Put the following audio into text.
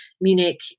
Munich